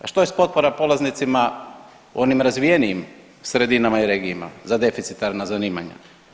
A što je s potpora polaznicima u onim razvijenijim sredinama i regijima za deficitarna zanimanja?